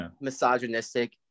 misogynistic